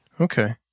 Okay